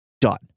done